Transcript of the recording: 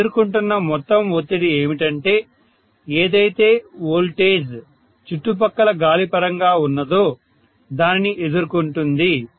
అది ఎదుర్కొంటున్న మొత్తం ఒత్తిడి ఏమిటంటే ఏదైతే వోల్టేజ్ చుట్టుపక్కల గాలి పరంగా వున్నదో దానిని ఎదుర్కొంటుంది